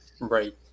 Right